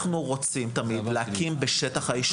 אנחנו רוצים תמיד להקים בשטח היישוב.